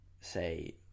say